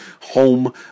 home